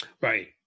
Right